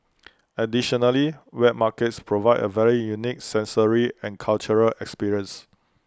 additionally wet markets provide A very unique sensory and cultural experience